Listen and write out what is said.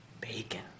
bacon